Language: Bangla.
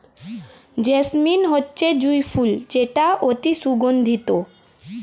জেসমিন হচ্ছে জুঁই ফুল যেটা অতি সুগন্ধিত